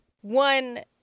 One